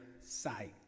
sight